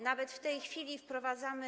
Nawet w tej chwili wprowadzamy.